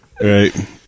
right